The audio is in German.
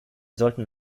sollten